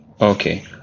Okay